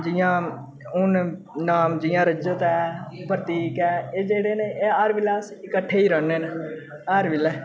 जि'यां हून नाम जि'यां रजत ऐ प्रतीक ऐ एह् जेह्ड़े न एह् हर बैल्ले अस कट्ठे ई रौह्ने न हर बेल्लै